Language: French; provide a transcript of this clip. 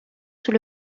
sous